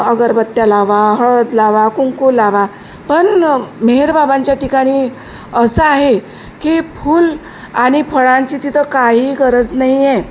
अगरबत्त्या लावा हळद लावा कुंकू लावा पण मेहेरबाबांच्या ठिकाणी असं आहे की फूल आणि फळांची तिथं काही गरज नाही आहे